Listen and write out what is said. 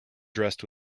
dressed